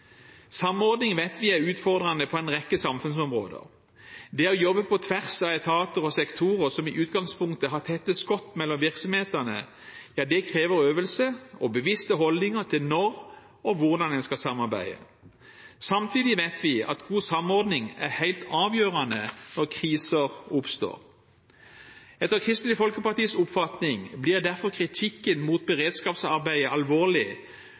Samordning vet vi er utfordrende på en rekke samfunnsområder. Det å jobbe på tvers av etater og sektorer som i utgangspunktet har tette skott mellom virksomhetene, krever øvelse og bevisste holdninger til når og hvordan en skal samarbeide. Samtidig vet vi at god samordning er helt avgjørende når kriser oppstår. Etter Kristelig Folkepartis oppfatning blir derfor kritikken mot beredskapsarbeidet alvorlig